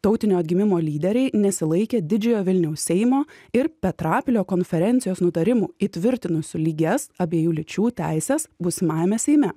tautinio atgimimo lyderiai nesilaikė didžiojo vilniaus seimo ir petrapilio konferencijos nutarimų įtvirtinusių lygias abiejų lyčių teises būsimajame seime